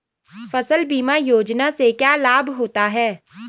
फसल बीमा योजना से क्या लाभ होता है?